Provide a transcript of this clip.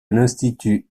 l’institut